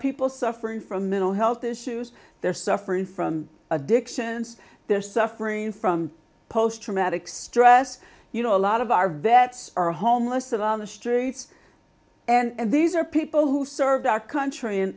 people suffering from mental health issues they're suffering from addictions they're suffering from post traumatic stress you know a lot of our vets are homeless of on the streets and these are people who served our country and